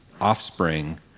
offspring